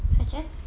such as